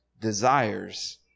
desires